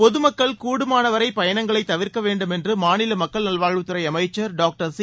பொதுமக்கள் கூடுமானவரை பயணங்களை தவிர்க்க வேண்டும் என்று மாநில மக்கள் நல்வாழ்வுத்துறை அமைச்சர் டாக்டர் சி